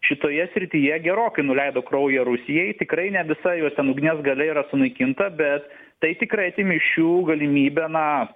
šitoje srityje gerokai nuleido kraują rusijai tikrai ne visa jos ten ugnies galia yra sunaikinta bet tai tikrai atėmė iš jų galimybę na